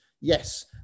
yes